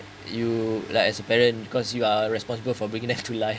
you like as a parent because you are responsible for bringing them to life